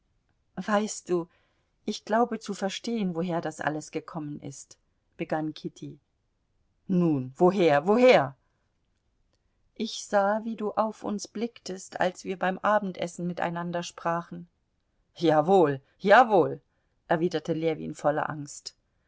weißt du ich glaube zu verstehen woher das alles gekommen ist begann kitty nun woher woher ich sah wie du auf uns blicktest als wir beim abendessen miteinander sprachen jawohl jawohl erwiderte ljewin voller angst